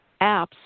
apps